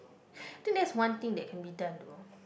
I think that's one thing that can be done though